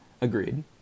agreed